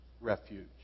refuge